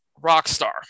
Rockstar